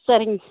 சரிங்க